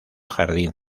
jardín